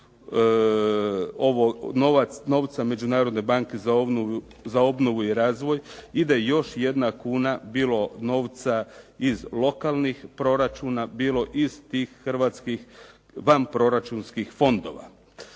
ovog novca međunarodne banke za obnovu i razvoj ide još jedna kuna, bilo novca iz lokalnih proračuna, bilo iz tih hrvatskih vanproračunskih fondova.